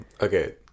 okay